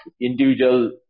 individual